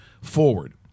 forward